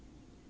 no